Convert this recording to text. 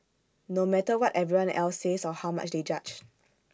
no matter what everyone else says or how much they judge